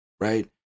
Right